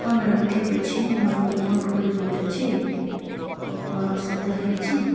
ହଁ ମ୍ୟାଡ଼ାମ ଠିକ୍ ଅଛି ମୁଁ ଫୋନ୍ କରି ବୁଝୁଛି କ'ଣ ଅସୁବିଧା ହେଉଛି